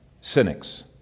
cynics